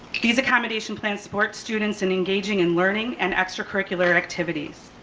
these accommodation plans support students and engaging in learning and extracurricular activities.